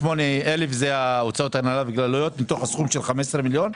128 אלף זה הוצאות הנהלה וכלליות מתוך סכום של 15 מיליון?